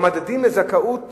המדדים לזכאות